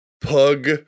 pug